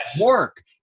work